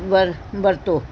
ਵਰ ਵਰਤੋਂ